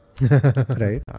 right